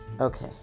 Okay